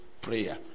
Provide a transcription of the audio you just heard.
prayer